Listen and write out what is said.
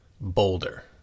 Boulder